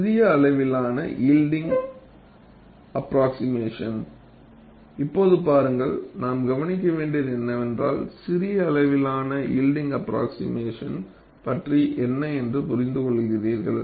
சிறிய அளவிலான yielding approximation இப்போது பாருங்கள் நாம் கவனிக்க வேண்டியது என்னவென்றால் சிறிய அளவிலான யில்ட்டிங் ஆஃப்ரொக்ஸிமேசன் பற்றி என்ன புரிந்துகொள்கிறீர்கள்